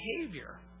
behavior